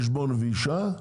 זה קשור יותר,